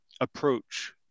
approach